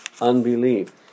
unbelief